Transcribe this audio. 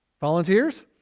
Volunteers